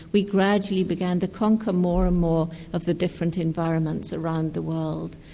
we gradually began to conquer more and more of the different environments around the world.